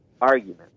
argument